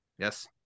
Yes